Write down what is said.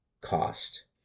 cost